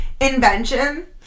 Invention